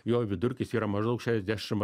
jo vidurkis yra maždaug šešdešim